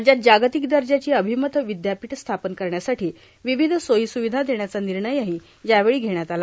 राज्यात जागतिक दर्जाची अभिमत विद्यापीठ स्थापन करण्यासाठी विविध सोयीसुविधा देण्याचा निर्णयही यावेळी घेण्यात आला